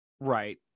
Right